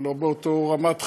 לא באותה רמת חירום,